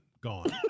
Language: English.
Gone